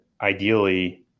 ideally